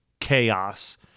chaos